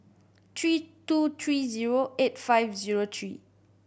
three two three zero eight five zero three